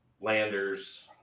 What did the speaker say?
Landers